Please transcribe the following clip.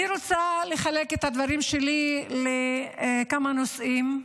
אני רוצה לחלק את הדברים שלי לכמה נושאים,